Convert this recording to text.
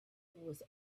was